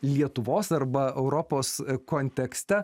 lietuvos arba europos kontekste